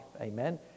Amen